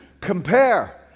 compare